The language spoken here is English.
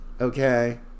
Okay